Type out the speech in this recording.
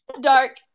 dark